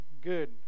good